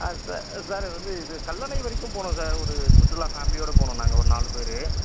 sir வந்து இது கல்லணை வரைக்கும் போகணும் சார் ஒரு சுற்றுலா ஃபேமிலியோட போகணும் நாங்கள் ஒரு நாலு பேர்